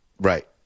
Right